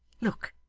look!